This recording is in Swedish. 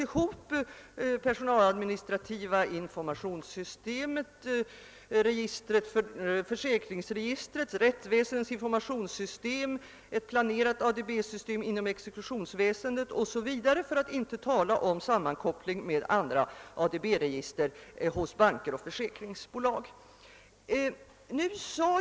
Det gäller det personaladåministrativa informationssytemet, försäkringsregistret, rättsväsendets informationssystem och ett planerat ADB system inom exekutionsväsendet, för att inte tala om sammankoppling med andra ADB-register hos banker och försäkringsbolag.